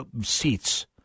seats